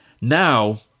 Now